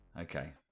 okay